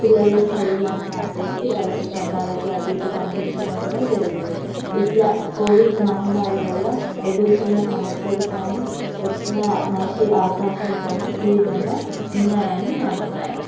పిల్లల చదువులన్ని ఆపేసి వాళ్ళకి పనులకి అటు ఇటు పంపించడం కూడా జరిగింది ఇట్లా కోవిడ్ మహమ్మారి వలన ఎదురుకొన్న సమస్యలు కానీ వచ్చిన మంచి అవకాశాలు కానీ ఈ విధంగా ఉన్నాయని నా అభిప్రాయం